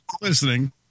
listening